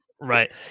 right